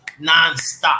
nonstop